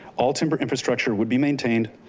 all timber infrastructure would be maintained,